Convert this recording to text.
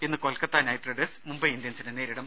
ഇന്ന് Kolkata knight riders Mumbai ഇന്ത്യൻസിനെ നേരിടും